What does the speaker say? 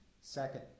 Second